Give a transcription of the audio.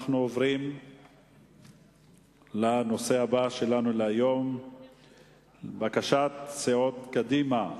נעבור לנושא הבא: בקשת סיעות קדימה,